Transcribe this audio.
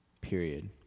period